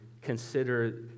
consider